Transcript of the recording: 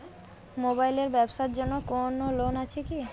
Mobile এর ব্যাবসার জন্য কোন লোন আছে কি?